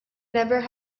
never